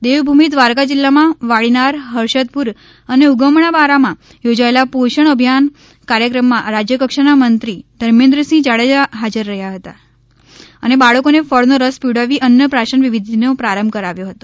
દેવભૂમિ દ્વારકા જિલ્લામાં વાડીનાર હર્ષદપુર અને ઉગમણાબારામાં યોજાયેલા પોષણ અભિયાન કાર્યક્રમમાં રાજ્ય કક્ષાના મંત્રી ધર્મેન્દ્રસિંહ જાડેજા હાજર રહ્યા હતા અને બાળકો ને ફળ નો રસ પીવડાવી અન્ન પ્રાશન વિધિનો પ્રારંભ કરાવ્યો હતો